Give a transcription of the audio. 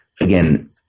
again